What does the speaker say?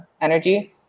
energy